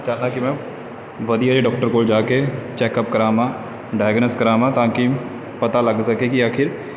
ਕਰਦਾ ਕਿ ਮੈਂ ਵਧੀਆ ਜਿਹੇ ਡਾਕਟਰ ਕੋਲ ਜਾ ਕੇ ਚੈੱਕਅਪ ਕਰਾਵਾਂ ਡਾਇਗਨਸ ਕਰਾਵਾਂ ਤਾਂ ਕਿ ਪਤਾ ਲੱਗ ਸਕੇ ਕਿ ਆਖਰ